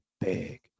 big